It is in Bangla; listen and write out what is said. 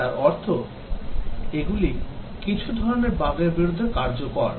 তার অর্থ এগুলি কিছু ধরণের বাগের বিরুদ্ধে কার্যকর